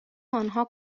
آنها